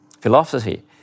philosophy